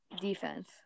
defense